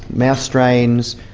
mouse strains,